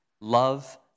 Love